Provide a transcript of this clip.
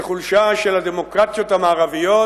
כחולשה של הדמוקרטיות המערביות,